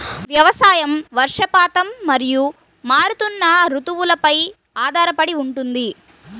వ్యవసాయం వర్షపాతం మరియు మారుతున్న రుతువులపై ఆధారపడి ఉంటుంది